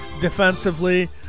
defensively